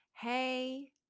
hey